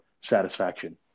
satisfaction